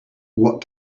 what